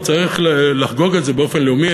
וצריך לחגוג את זה באופן לאומי,